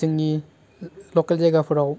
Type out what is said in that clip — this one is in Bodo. जोंनि लकेल जायगाफ्राव